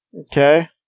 Okay